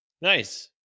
Nice